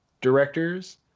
directors